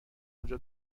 انجا